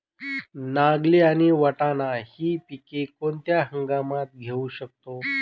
नागली आणि वाटाणा हि पिके कोणत्या हंगामात घेऊ शकतो?